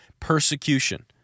persecution